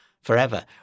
forever